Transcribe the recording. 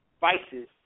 vices